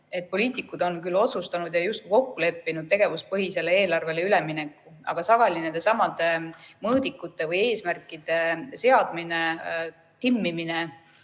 et poliitikud on otsustanud ja justkui kokku leppinud tegevuspõhisele eelarvele ülemineku, aga sageli nendesamade mõõdikute või eesmärkide seadmine ja timmimine,